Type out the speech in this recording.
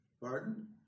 Pardon